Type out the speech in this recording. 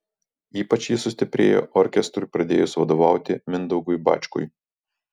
ypač ji sustiprėjo orkestrui pradėjus vadovauti mindaugui bačkui